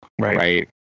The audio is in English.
Right